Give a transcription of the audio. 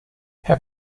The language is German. herr